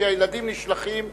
כי הילדים נשלחים לבית-הספר.